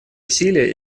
усилия